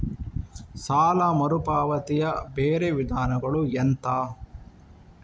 ಸಾಲ ಮರುಪಾವತಿಯ ಬೇರೆ ವಿಧಾನಗಳು ಎಂತ?